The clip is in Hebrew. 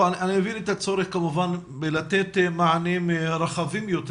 אני מבין את הצורך כמובן בלתת מענים רחבים יותר,